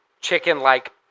chicken-like